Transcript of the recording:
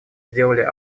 сделали